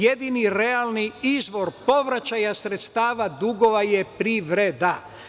Jedini realni izvor povraćaja sredstava, dugova je privreda.